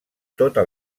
tota